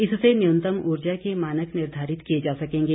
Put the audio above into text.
इससे न्यूनतम ऊर्जा के मानक निर्धारित किए जा सकेंगे